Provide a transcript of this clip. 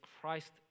Christ